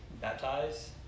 baptize